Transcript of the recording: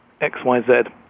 xyz